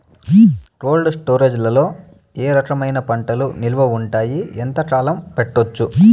Cold storage లో ఏ రకమైన పంటలు నిలువ ఉంటాయి, ఎంతకాలం పెట్టొచ్చు?